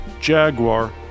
Jaguar